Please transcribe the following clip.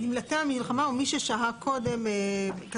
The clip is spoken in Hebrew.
מי ששהה קודם.